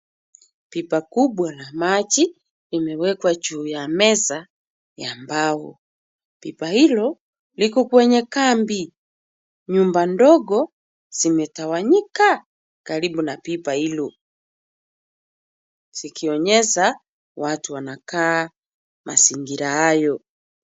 Pipa kubwa la maji limewekwa juu ya meza ya mbao. Pipa hilo liko kwenye kambi. Nyumba ndogo zimetawanyika karibu na pipa hilo zikionyesha watu wanakaa mazingira hayo.